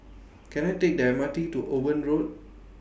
Can I Take The M R T to Owen Road